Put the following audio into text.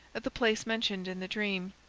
at the place mentioned in the dream.